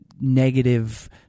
negative